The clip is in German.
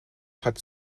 hat